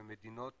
מדינות